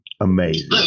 amazing